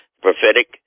Prophetic